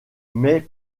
mais